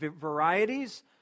Varieties